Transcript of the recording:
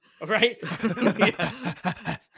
right